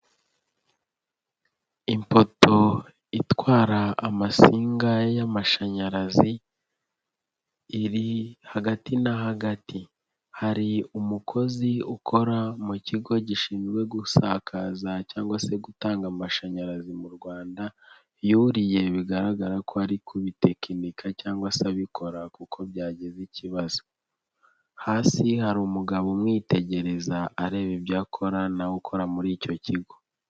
Ipoto itwara amasinga y'amashanyarazi iri hagati na hagati, hari umukozi ukora mu kigo gishinzwe gusakaza cyangwa se gutanga amashanyarazi mu Rwanda yuriye bigaragara ko ari kubitekinika cyangwa se abikora kuko byagize ikibazo, hasi hari umugabo umwitegereza areba ibyo akora na we ukora muri icyo kigo.